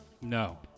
No